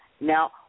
Now